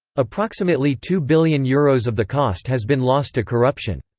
approximately two billion euros of the cost has been lost to corruption.